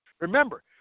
Remember